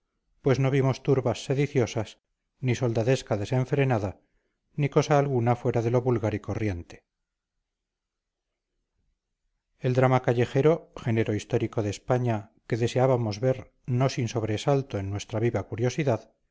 pues no vimos turbas sediciosas ni soldadesca desenfrenada ni cosa alguna fuera de lo vulgar y corriente el drama callejero género histórico en españa que deseábamos ver no sin sobresalto en nuestra viva curiosidad